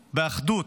באחדות,